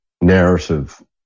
narrative